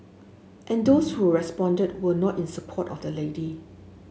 and those who responded were not in support of the lady